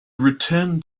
return